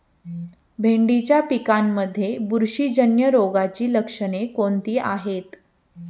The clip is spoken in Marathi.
भेंडीच्या पिकांमध्ये बुरशीजन्य रोगाची लक्षणे कोणती आहेत?